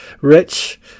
rich